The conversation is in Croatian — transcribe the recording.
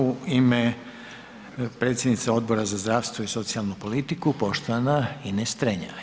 U ime predsjednice Odbora za zdravstvo i socijalnu politiku poštovana Ines Strenja.